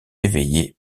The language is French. éveillé